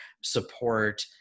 support